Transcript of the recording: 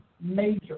major